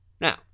Now